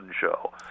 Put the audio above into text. show